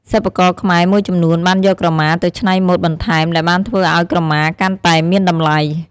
សិប្បករខ្មែរមួយចំនួនបានយកក្រមាទៅច្នៃម៉ូដបន្ថែមដែលបានធ្វើឱ្យក្រមាកាន់តែមានតម្លៃ។